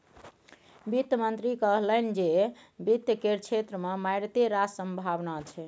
वित्त मंत्री कहलनि जे वित्त केर क्षेत्र मे मारिते रास संभाबना छै